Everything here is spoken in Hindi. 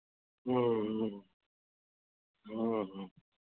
ह्म्म ह्म्म हाँ ह्म्म